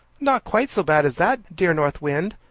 not quite so bad as that, dear north wind,